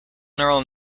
neural